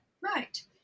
right